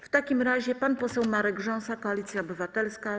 W takim razie pan poseł Marek Rząsa, Koalicja Obywatelska.